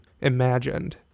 imagined